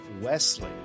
Wesley